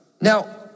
Now